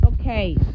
Okay